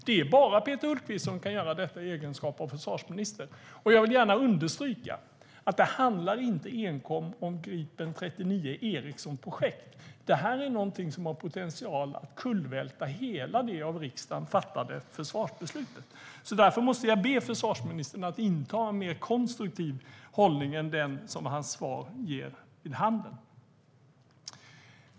Det är bara Peter Hultqvist som kan göra detta i egenskap av försvarsminister. Jag vill gärna understryka att det inte enkom handlar om 39 Gripen E som projekt. Det här är någonting som har potential att kullvälta hela det av riksdagen fattade försvarsbeslutet. Därför måste jag be försvarsministern att inta en mer konstruktiv hållning än den som hans svar ger vid handen.